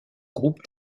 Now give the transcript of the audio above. groupe